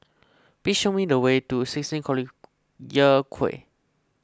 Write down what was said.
please show me the way to sixteen Collyer Quay